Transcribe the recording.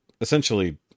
essentially